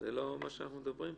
זה לא מה שאנחנו מדברים פה.